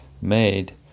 made